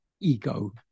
ego